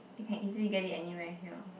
it can easily get it anywhere here